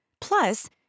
Plus